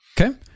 Okay